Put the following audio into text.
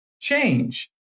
change